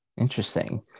Interesting